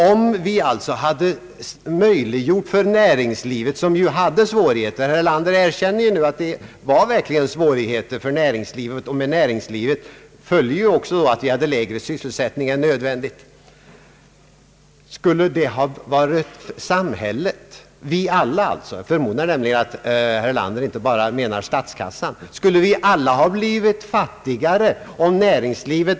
Om vi alltså hade möjliggjort för näringslivet, som hade svårigheter att ge folk arbete, skulle det då ha varit samhället, vi alla — jag förmodar nämligen att han inte bara menar statskassan -— som blivit fattigare?